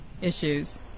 issues